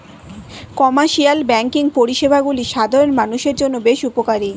commercial banking পরিষেবাগুলি সাধারণ মানুষের জন্য বেশ উপকারী